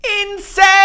insane